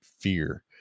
fear